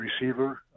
receiver